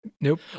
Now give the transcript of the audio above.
nope